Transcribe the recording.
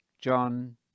john